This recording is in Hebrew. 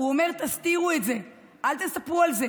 הוא אומר: תסתירו את זה, אל תספרו על זה.